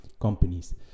companies